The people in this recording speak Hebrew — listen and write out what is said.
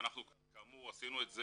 כי אנחנו כאמור עשינו את זה